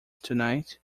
tonight